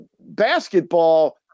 basketball